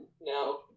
No